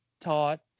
taught